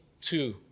two